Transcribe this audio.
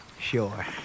Sure